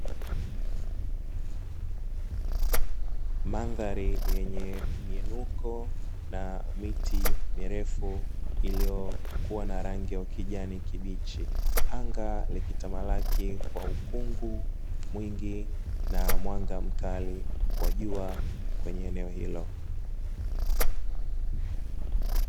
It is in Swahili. Mandhari yenye miinuko na miti mirefu iliyokuwa na rangi ya ukijani kibichi. Anga likitamalaki kwa ukungu mwingi na mwanaga mkali wa jua kwenye eneo hilo.